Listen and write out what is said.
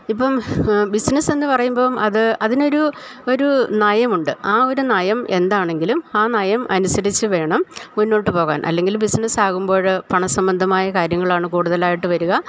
ഇപ്പം ബിസിനസ് എന്ന് പറയുമ്പം അത് അതിനൊരു ഒരു നയമുണ്ട് ആ ഒരു നയം എന്താണെങ്കിലും ആ നയം അനുസരിച്ച് വേണം മുന്നോട്ട് പോവാൻ അല്ലെങ്കിൽ ബിസ്നസ്സാകുമ്പോഴ് പണസംബദ്ധമായ കാര്യങ്ങളാണ് കൂടുതലായിട്ട് വരിക